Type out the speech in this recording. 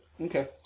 Okay